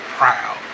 proud